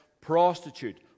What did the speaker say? prostitute